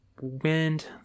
Wind